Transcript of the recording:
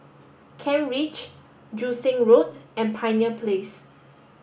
Kent Ridge Joo Seng Road and Pioneer Place